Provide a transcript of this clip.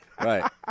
Right